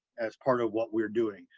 as part of what we're doing,